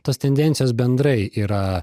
tos tendencijos bendrai yra